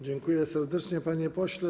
Dziękuję serdecznie, panie pośle.